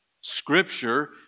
Scripture